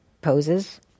poses